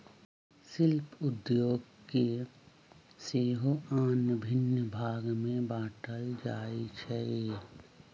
शिल्प उद्योग के सेहो आन भिन्न भाग में बाट्ल जाइ छइ